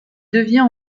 devient